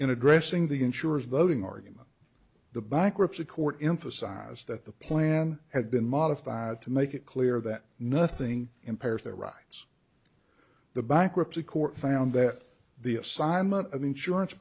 in addressing the insurers voting argument the bankruptcy court emphasized that the plan had been modified to make it clear that nothing impairs their rights the bankruptcy court found that the assignment of insurance